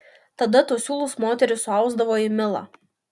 tada tuos siūlus moterys suausdavo į milą